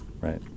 right